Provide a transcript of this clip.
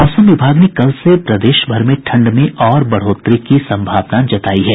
मौसम विभाग ने कल से प्रदेशभर में ठंड में और बढ़ोतरी की सम्भावना जतायी है